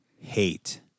hate